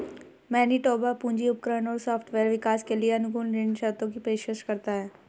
Manitoba पूंजी उपकरण और सॉफ्टवेयर विकास के लिए अनुकूल ऋण शर्तों की पेशकश करता है